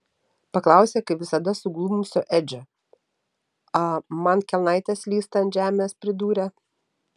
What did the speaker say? paklausė kaip visada suglumusio edžio a man kelnaitės slysta ant žemės pridūrė